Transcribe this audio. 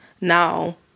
now